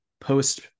post